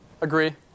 agree